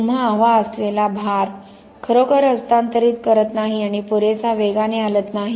तुम्हाला हवा असलेला भार खरोखर हस्तांतरित करत नाही आणि पुरेसा वेगाने हलत नाही